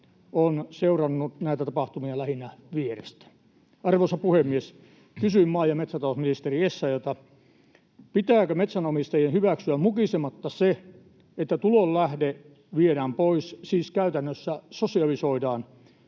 seurannut näitä tapahtumia vierestä. Arvoisa puhemies! Kysyn maa- ja metsätalousministeri Essayah’lta: Pitääkö metsänomistajien hyväksyä mukisematta se, että tulonlähde viedään pois, siis käytännössä sosialisoidaan?